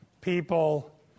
people